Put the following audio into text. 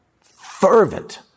fervent